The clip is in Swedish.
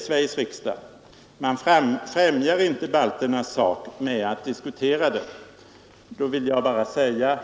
Sveriges riksdag och att man inte främjar balternas sak genom att diskutera frågan.